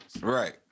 Right